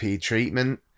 treatment